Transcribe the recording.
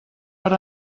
per